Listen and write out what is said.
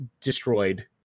destroyed